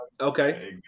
Okay